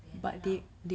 then end up